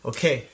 Okay